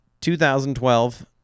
2012